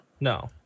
No